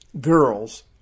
girls